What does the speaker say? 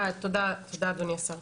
תודה אדוני השר.